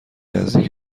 نزدیکی